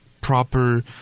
proper